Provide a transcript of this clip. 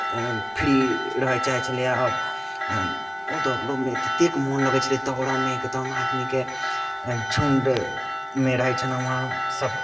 free रहय चाहै छलै आओर ओ दौड़लोमे ततेक मोन लगै छलै दौड़ैमे एकदम आदमीके झुंडमे रहै छलहुँ हेँ सभ